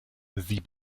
sie